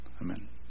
Amen